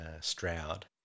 Stroud